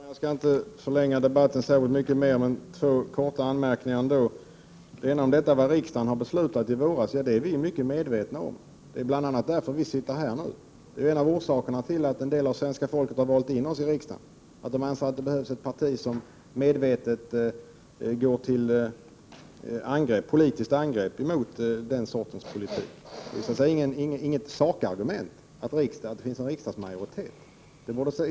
Fru talman! Jag skall inte förlänga debatten mycket mer, men jag vill göra ett par korta anmärkningar. Vi är mycket medvetna om vad riksdagen beslutade i våras. Det är bl.a. därför som miljöpartisterna sitter här nu. Det är en av orsakerna till att svenska folket har valt in oss i riksdagen. Folk anser att det behövs ett parti, som medvetet går till politiskt angrepp mot den sortens politik som det här är fråga om. Att det finns en riksdagsmajoritet utgör inget sakargument.